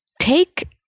take